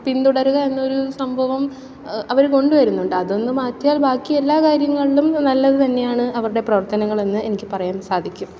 പിന്തുടരുക എന്നൊരു സംഭവം അവർ കൊണ്ടുവരുന്നുണ്ട് അതൊന്ന് മാറ്റിയാൽ ബാക്കി എല്ലാ കാര്യങ്ങളും നല്ലതുതന്നെയാണ് അവരുടെ പ്രവർത്തനങ്ങളെന്ന് എനിക്ക് പറയാൻ സാധിക്കും